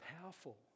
powerful